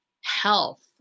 health